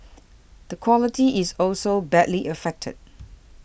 the quality is also badly affected